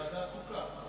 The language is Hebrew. ועדת חוקה.